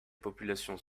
populations